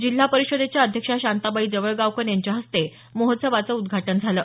जिल्हा परिषदेच्या अध्यक्षा शांताबाई जवळगावकर यांच्या हस्ते महोत्सवाचं उद्घाटन झालं